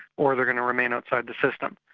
or they're going to remain outside the system.